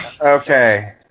Okay